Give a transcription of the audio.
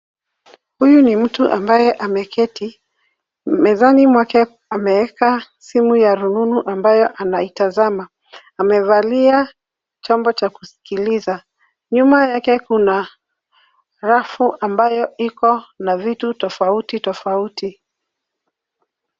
Huyu ni mtu ambaye ameketi ,mezani mwake ameeka simu ya rununu ambayo anaitazama. Amevalia chombo cha kusikiliza. Nyuma yake kuna rafu ambayo iko na vitu tofauti tofauti.